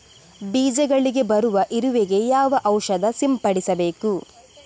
ಬೀಜಗಳಿಗೆ ಬರುವ ಇರುವೆ ಗೆ ಯಾವ ಔಷಧ ಸಿಂಪಡಿಸಬೇಕು?